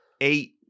eight